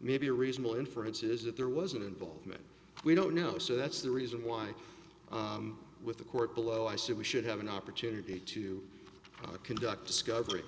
may be a reasonable inference is that there was an involvement we don't know so that's the reason why with the court below i said we should have an opportunity to conduct discovery